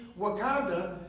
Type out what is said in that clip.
Wakanda